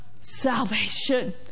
salvation